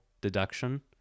deduction